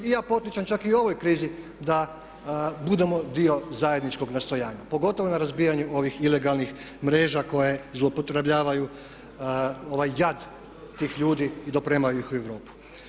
Ja potičem čak i u ovoj krizi da budemo dio zajedničkog nastojanja pogotovo na razbijanju ovih ilegalnih mreža koje zloupotrebljavaju ovaj jad tih ljudi i dopremaju ih u Europu.